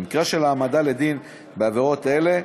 במקרה של העמדה לדין בעבירות אלה,